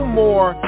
more